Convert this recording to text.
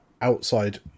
Outside